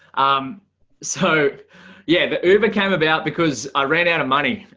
um so yeah, the uber came about because i ran out of money.